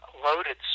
loaded